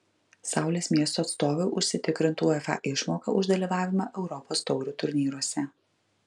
saulės miesto atstovai užsitikrintų uefa išmoką už dalyvavimą europos taurių turnyruose